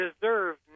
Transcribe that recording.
deserve